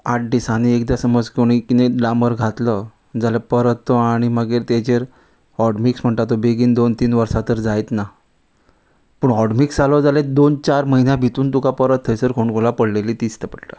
आठ दिसांनी एकदां समज कोणी किदेंय डांबर घातलो जाल्या परत तो आनी मागीर तेजेर हॉटमिक्स म्हणटा तो बेगीन दोन तीन वर्सां तर जायत ना पूण हॉटमिक्स जालो जाल्यार दोन चार म्हयन्या भितून तुका परत थंयसर फोणकुला पडलेली दिसता पडटा